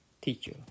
teacher